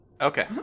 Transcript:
Okay